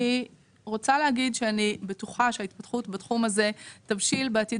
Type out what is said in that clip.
אני רוצה להגיד שאני בטוחה שההתפתחות בתחום הזה תבשיל בעתיד